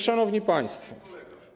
Szanowni Państwo!